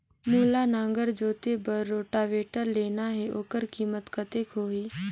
मोला नागर जोते बार रोटावेटर लेना हे ओकर कीमत कतेक होही?